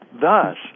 Thus